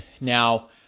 now